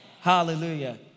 Hallelujah